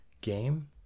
game